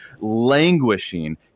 languishing